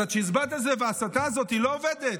אז הצ'יזבט הזה וההסתה הזאת לא עובדים,